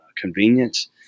convenience